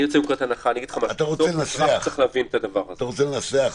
אתה רוצה לנסח?